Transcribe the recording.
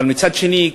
אבל מצד שני,